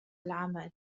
العمل